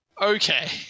Okay